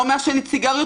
לא מעשנת סיגריות,